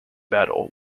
battle